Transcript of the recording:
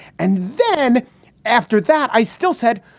and then after that i still said,